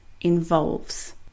involves